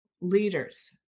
leaders